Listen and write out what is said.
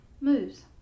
moves